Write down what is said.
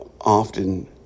often